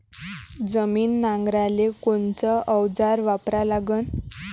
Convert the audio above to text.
जमीन नांगराले कोनचं अवजार वापरा लागन?